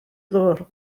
ddŵr